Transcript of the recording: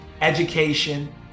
education